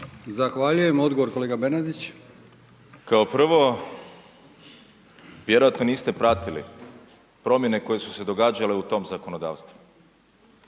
Zahvaljujem. Odgovor kolega Bernardić. **Bernardić, Davor (SDP)** Kao prvo vjerojatno niste pratili promjene koje su se događale u tom zakonodavstvu.